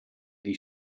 die